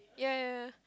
yeah yeah yeah